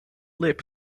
lip